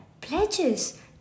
pledges